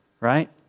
right